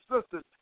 sisters